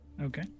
Okay